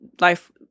Life